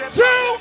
two